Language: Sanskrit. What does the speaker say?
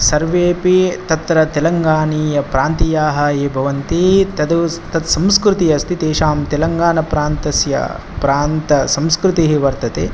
सर्वेऽपि तत्र तेलङ्गाणीयप्रान्तीयाः ये भवन्ति तद् तद् संस्कृतिः अस्ति तेषां तेलङ्गाणाप्रान्तस्य प्रान्तसंस्कृतिः वर्तते